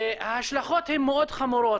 ההשלכות מאוד חמורות.